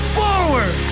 forward